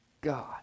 God